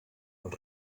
als